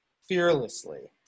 fearlessly